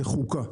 זו חוקה.